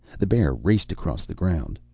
the bear raced across the ground.